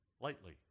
lightly